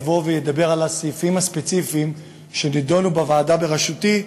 אבוא ואדבר על הסעיפים הספציפיים שנדונו בוועדה בראשותי,